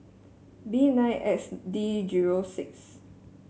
B nine X D zero six